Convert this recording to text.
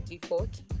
default